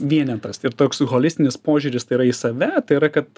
vienetas toks holistinis požiūris tai yra į save tai yra kad